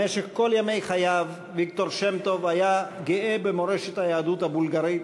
במשך כל ימי חייו היה ויקטור שם-טוב גאה במורשת היהדות הבולגרית,